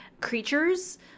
creatures